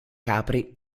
capri